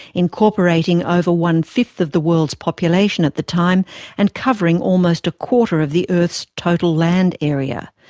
incorporating over one-fifth of the world's population at the time and covering almost a quarter of the earth's total land area.